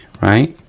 right,